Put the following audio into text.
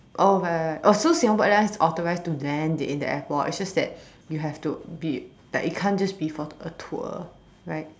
oh right right oh so Singapore Airlines is authorized to land in the airport it's just that you have to be like it can't just be for like a tour right